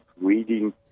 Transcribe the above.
reading